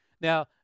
Now